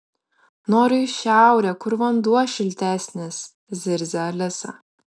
noriu į šiaurę kur vanduo šiltesnis zirzia alisa